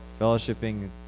fellowshipping